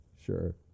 sure